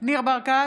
ניר ברקת,